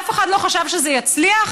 אף אחד לא חשב שזה יצליח,